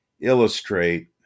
illustrate